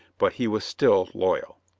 but he was still loyal.